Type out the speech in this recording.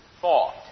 thought